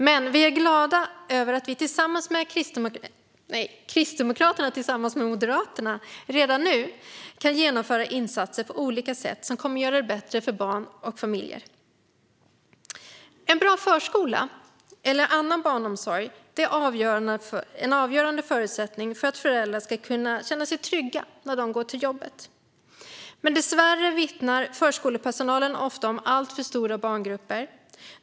Vi är dock glada över att vi kristdemokrater tillsammans med Moderaterna redan nu kan genomföra insatser som på olika sätt kommer att göra det bättre för barn och familjer. En bra förskola eller annan barnomsorg är en avgörande förutsättning för att föräldrar ska känna sig trygga när de går till jobbet. Dessvärre vittnar förskolepersonal ofta om alltför stora barngrupper.